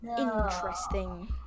Interesting